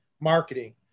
marketing